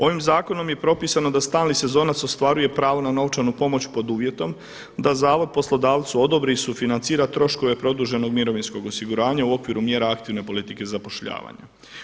Ovim zakonom je propisano da stalni sezonac ostvaruje pravo na novčanu pomoć pod uvjetom da zavod poslodavcu odobri i sufinancira troškove produženog mirovinskog osiguranja u okviru mjera aktivne politike zapošljavanja.